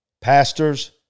Pastors